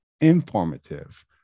informative